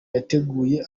yateguye